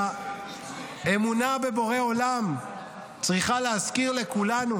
והאמונה בבורא עולם צריכה להזכיר לכולנו